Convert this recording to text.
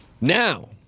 Now